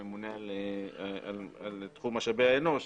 הממונה על תחום משאבי האנוש.